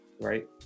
right